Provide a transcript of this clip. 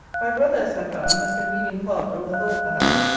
my brother, as i found, has been reading part, or the whole perhaps,